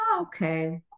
okay